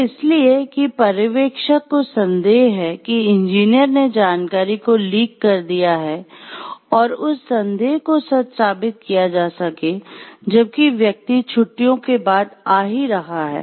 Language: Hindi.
सिर्फ इसलिए कि पर्यवेक्षक को संदेह है कि इंजीनियर ने जानकारी को लीक कर दिया है और उस संदेह को सच साबित किया जा सके जबकि व्यक्ति छुट्टियों के बाद आ ही रहा है